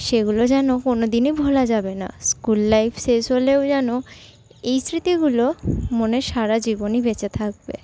সেগুলো যেনো কোনোদিনই ভোলা যাবে না স্কুল লাইফ শেষ হলেও যেন এই স্মৃতিগুলো মনে সারাজীবনই বেঁচে থাকবে